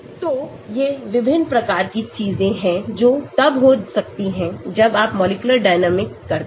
तो ये विभिन्न प्रकार की चीजें हैं जो तब हो सकती हैं जब आप मॉलिक्यूलर डायनेमिककरते हैं